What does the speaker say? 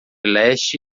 leste